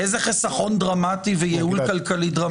איזה חיסכון דרמטי וייעול כלכלי דרמטי.